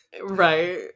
Right